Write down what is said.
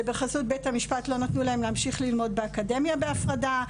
שבחסות בית המשפט לא נתנו להן להמשיך ללמוד באקדמיה בהפרדה,